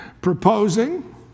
proposing